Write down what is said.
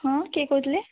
ହଁ କିଏ କହୁଥିଲେ